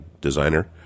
designer